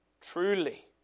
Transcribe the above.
truly